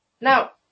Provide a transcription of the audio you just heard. Now